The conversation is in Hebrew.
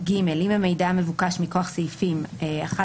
(ג) אם המידע מבוקש מכוח סעיפים 11,